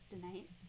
tonight